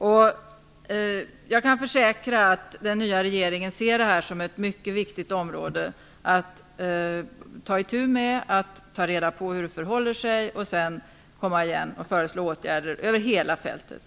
Jag kan försäkra att den nya regeringen ser detta som ett mycket viktigt område att ta itu med och ta reda på hur det förhåller sig för att sedan återkomma och föreslå åtgärder över hela fältet.